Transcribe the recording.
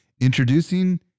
Introducing